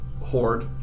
horde